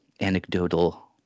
anecdotal